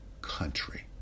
country